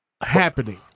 happening